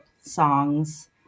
songs